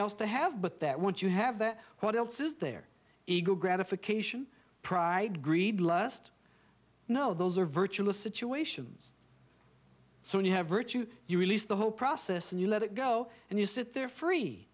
else to have but that once you have that what else is there ego gratification pride greed lust no those are virtuous situations so when you have virtue you release the whole process and you let it go and you sit there free